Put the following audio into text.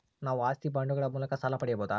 ನಾವು ಆಸ್ತಿ ಬಾಂಡುಗಳ ಮೂಲಕ ಸಾಲ ಪಡೆಯಬಹುದಾ?